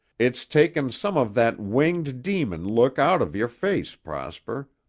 it's taken some of that winged-demon look out of your face, prosper,